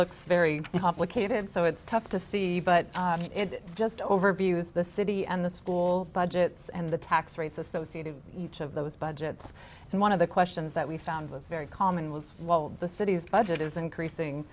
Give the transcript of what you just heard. looks very complicated so it's tough to see but it just overviews the city and the school budgets and the tax rates associated with each of those budgets and one of the questions that we found was very common with while the city's budget is increasing